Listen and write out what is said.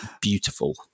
beautiful